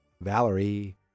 Valerie